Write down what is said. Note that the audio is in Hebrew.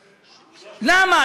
3,000. למה?